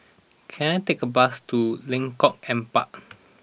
can I take a bus to Lengkong Empat